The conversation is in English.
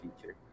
feature